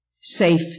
safe